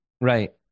Right